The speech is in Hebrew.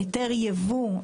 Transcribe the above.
היתר יבוא,